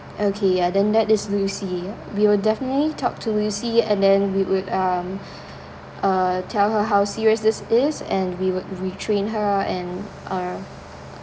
okay ya then that is lucy we will definitely talk to lucy and then we will um uh tell her how serious this is and we would retrain her and uh